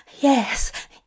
Yes